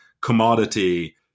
commodity